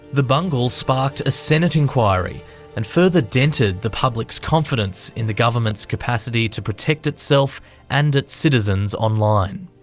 the bungle sparked a senate inquiry and further dented the public's confidence in the government's capacity to protect itself and its citizens online.